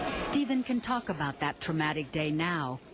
steven can talk about that traumatic day now.